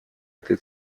этой